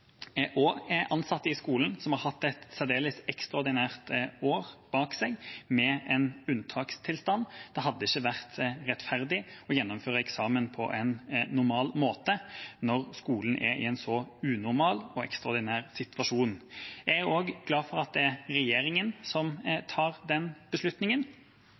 og derfor var det også klokt å gjøre det i år for de elevene og ansatte i skolen som har et særdeles ekstraordinært år bak seg, med en unntakstilstand. Det hadde ikke vært rettferdig å gjennomføre eksamen på en normal måte når skolen er i en så unormal og ekstraordinær situasjon. Jeg er også glad for at